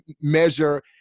measure